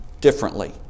differently